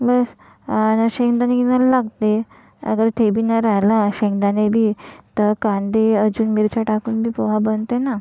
बस आणि शेंगदाणे गिनायला लागते अगर तेबी नाही राहिला शेंगदाणेबी तर कांदे अजून मिरच्या टाकूनबी पोहा बनते ना